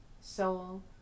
soul